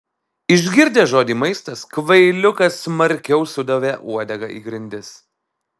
išgirdęs žodį maistas kvailiukas smarkiau sudavė uodega į grindis